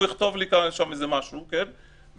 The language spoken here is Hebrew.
הוא יכתוב לי שם איזה משהו וזהו,